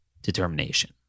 determination